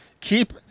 Keep